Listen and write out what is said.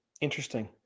Interesting